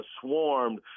swarmed